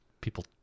people